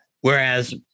Whereas